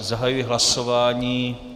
Zahajuji hlasování.